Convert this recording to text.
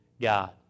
God